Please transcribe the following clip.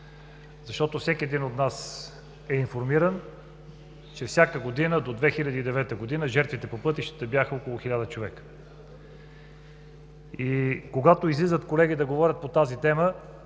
защото всеки един от нас е информиран, че всяка година – до 2009 г., жертвите по пътищата бяха около 1000 човека. И когато излизат колеги да говорят по тази тема,